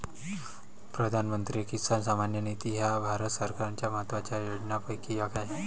प्रधानमंत्री किसान सन्मान निधी ही भारत सरकारच्या महत्वाच्या योजनांपैकी एक आहे